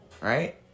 Right